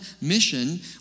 mission